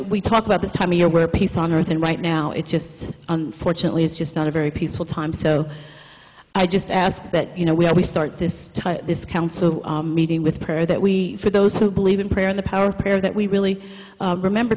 we talk about this time of year where peace on earth and right now it's just unfortunately it's just not a very peaceful time so i just ask that you know we have we start this this council meeting with prayer that we for those who believe in prayer in the power of prayer that we really remember